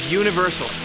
universal